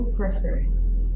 preference